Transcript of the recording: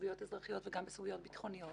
בסוגיות אזרחיות וגם בסוגיות ביטחוניות